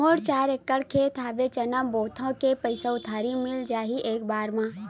मोर चार एकड़ खेत हवे चना बोथव के पईसा उधारी मिल जाही एक बार मा?